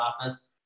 office